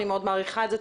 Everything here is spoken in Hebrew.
אני מאוד מעריכה את זה.